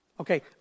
Okay